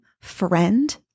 friend